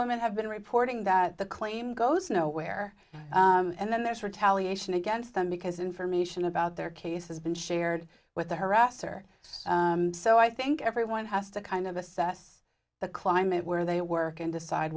women have been reporting that the claim goes nowhere and then that's retaliation against them because information about their case has been shared with the harasser so i think everyone has to kind of assess the climate where they work and decide